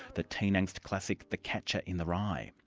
the teen angst classic, the catcher in the rye.